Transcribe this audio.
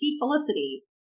Felicity